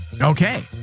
Okay